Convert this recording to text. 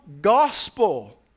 gospel